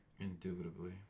Indubitably